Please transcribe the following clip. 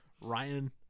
Ryan